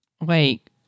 Wait